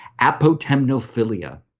apotemnophilia